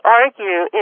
argue